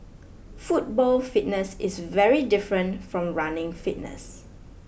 football fitness is very different from running fitness